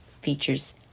features